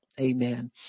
Amen